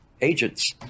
agents